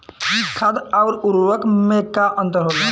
खाद्य आउर उर्वरक में का अंतर होला?